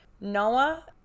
Noah